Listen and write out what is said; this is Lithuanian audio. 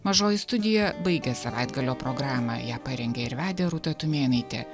mažoji studija baigė savaitgalio programą ją parengė ir vedė rūta tumėnaitė